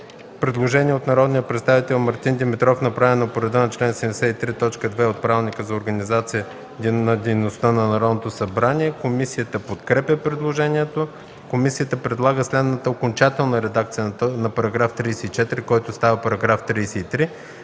Предложение от народния представител Мартин Димитров, направено по реда на чл. 73, ал. 4, т. 2 от Правилника за организацията и дейността на Народното събрание. Комисията подкрепя предложението. Комисията предлага следната окончателна редакция на § 34, който става § 33: „§ 33.